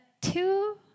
two